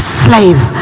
slave